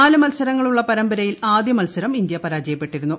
നാല് മത്സരങ്ങളുള്ള പരമ്പരയിൽ ആദ്യ മത്സരം ഇന്ത്യ പരാജപ്പെട്ടിരുന്നു